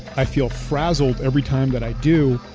i feel frazzled every time that i do.